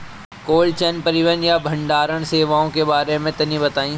Cold chain परिवहन या भंडारण सेवाओं के बारे में तनी बताई?